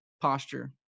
posture